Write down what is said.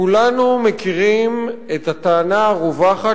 כולנו מכירים את הטענה הרווחת,